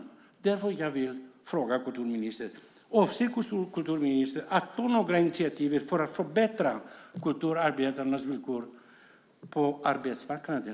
Jag vill därför fråga kulturministern om hon avser att ta några initiativ för att förbättra kulturarbetarnas villkor på arbetsmarknaden.